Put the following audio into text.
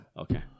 Okay